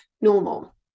normal